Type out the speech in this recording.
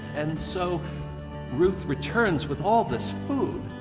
and so ruth returns with all this food,